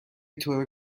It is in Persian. طور